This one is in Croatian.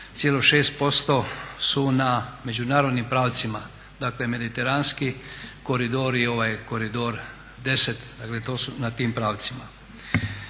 kuna od čega 71,6% su na međunarodnim pravcima. Dakle, mediteranski koridor i ovaj koridor X. Dakle, to su na tim pravcima.